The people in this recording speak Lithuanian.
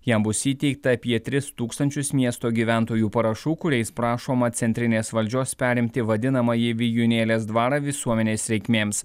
jam bus įteikta apie tris tūkstančius miesto gyventojų parašų kuriais prašoma centrinės valdžios perimti vadinamąjį vijūnėlės dvarą visuomenės reikmėms